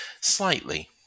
slightly